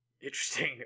interesting